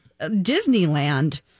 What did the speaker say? Disneyland